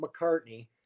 McCartney